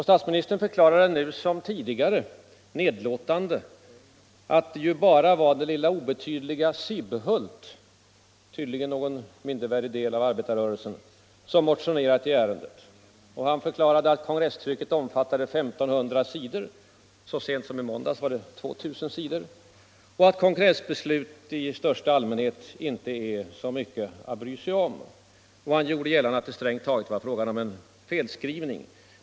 Statsministern förklarade nu som tidigare nedlåtande, att det ju bara var det lilla obetydliga Sibbhult — tydligen någon mindervärdig del av arbetarrörelsen —- som motionerat i ärendet, att kongresstrycket omfattade 1 5000 sidor —- så sent som i måndags var det 2 000 sidor — och att kongressbeslutet i största allmänhet inte är så mycket att bry sig om. Och han gjorde gällande att det strängt taget var fråga om en felskrivning.